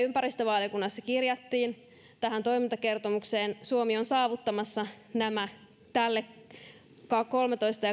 ympäristövaliokunnassa kirjasimme tähän toimintakertomukseen suomi on saavuttamassa nämä tälle kaudelle kolmetoista